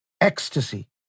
ecstasy